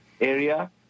area